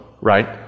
right